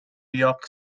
york